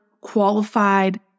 qualified